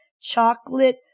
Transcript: chocolate